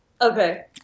okay